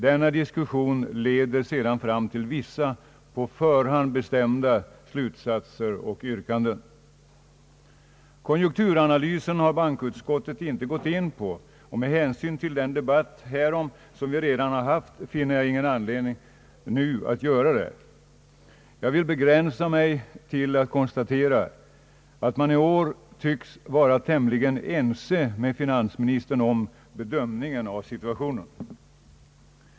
Denna diskussion leder sedan fram till vissa på förhand bestämda slutsatser och yrkanden. Konjunkturanalysen har bankoutskottet inte gått in på, och med hänsyn till den debatt härom som vi redan fört finner jag ingen anledning att göra det nu. Jag vill begränsa mig till att konstatera att man i år tycks vara tämligen ense med finansministern om bedömningen av situationen.